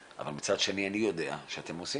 אבל מצד שני אני יודע שאתם עושים.